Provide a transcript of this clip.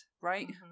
right